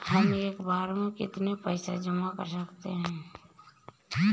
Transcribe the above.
हम एक बार में कितनी पैसे जमा कर सकते हैं?